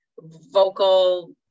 vocal